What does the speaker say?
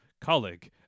Colleague